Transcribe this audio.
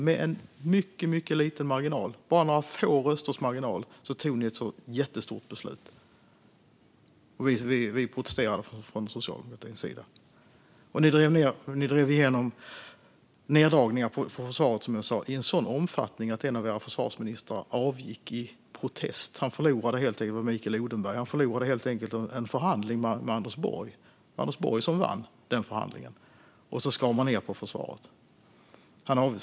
Med en mycket liten marginal, bara några få röster, tog ni ett så stort beslut. Vi protesterade från socialdemokratins sida. Som jag sa drev ni också igenom neddragningar på försvaret i en sådan omfattning att en av era försvarsministrar, Mikael Odenberg, avgick i protest. Han förlorade en förhandling mot Anders Borg, och sedan skar man ned på försvaret.